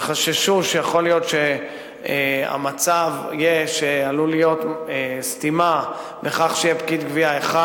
שחששו שעלולה להיות סתימה בכך שיהיה פקיד גבייה אחד,